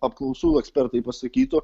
apklausų ekspertai pasakytų